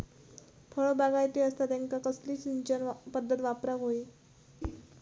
फळबागायती असता त्यांका कसली सिंचन पदधत वापराक होई?